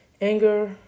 anger